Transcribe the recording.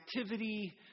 activity